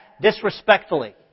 disrespectfully